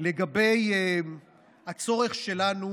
לגבי הצורך שלנו